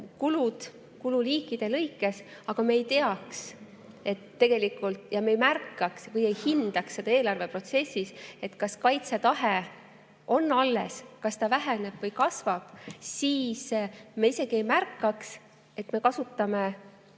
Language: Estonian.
kulud kululiikide lõikes, aga me ei teaks, me ei märkaks või ei hindaks eelarve protsessis, kas kaitsetahe on alles, kas ta väheneb või kasvab, siis me isegi ei märkaks, et me kasutame